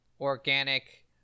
organic